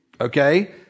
okay